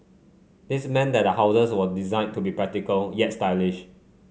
this meant that the houses were designed to be practical yet stylish